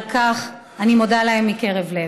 על כך אני מודה להם מקרב לב.